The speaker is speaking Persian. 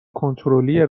کنترلی